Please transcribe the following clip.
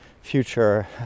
future